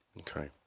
Okay